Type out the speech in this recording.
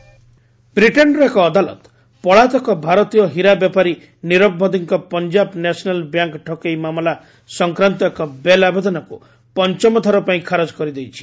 ନିରବ Modi bail rejected ବିଟେନ୍ର ଏକ ଅଦାଲତ ପଳାତକ ଭାରତୀୟ ହୀରା ବେପାରୀ ନିରବ ମୋଦୀଙ୍କ ପଞ୍ଜାବ ନ୍ୟାସନାଲ୍ ବ୍ୟାଙ୍କ୍ ଠକେଇ ମାମଲା ସଂକ୍ୱାନ୍ତ ଏକ ବେଲ୍ ଆବେଦନକୁ ପଞ୍ଚମଥର ପାଇଁ ଖାରଜ କରିଦେଇଛି